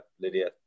Lydia